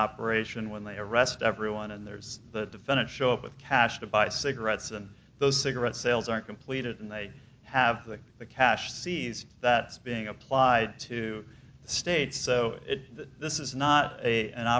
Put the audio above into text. operation when they arrest everyone and there's the defendant show up with cash to buy cigarettes and those cigarette sales are completed and they have the cash seize that is being applied to the states so this is not a an